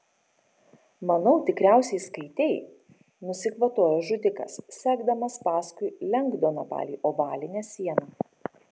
manau tikriausiai skaitei nusikvatojo žudikas sekdamas paskui lengdoną palei ovalinę sieną